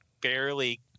barely